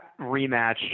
rematch